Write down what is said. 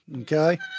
Okay